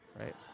right